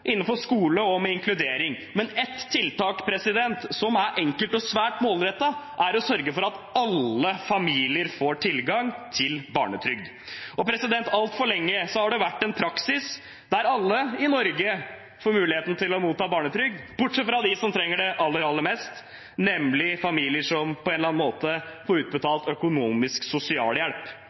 sørge for at alle familier får tilgang til barnetrygd. Altfor lenge har det vært en praksis der alle i Norge får muligheten til å motta barnetrygd, bortsett fra dem som trenger det aller, aller mest, nemlig familier som på en eller annen måte får utbetalt økonomisk